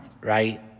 right